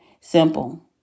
Simple